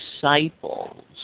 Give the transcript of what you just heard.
disciples